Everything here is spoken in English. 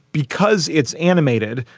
because it's animated,